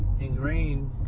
ingrained